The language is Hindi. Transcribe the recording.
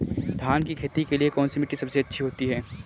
धान की खेती के लिए कौनसी मिट्टी अच्छी होती है?